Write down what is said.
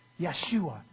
Yeshua